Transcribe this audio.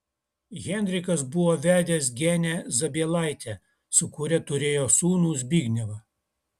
henrikas buvo vedęs genę zabielaitę su kuria turėjo sūnų zbignevą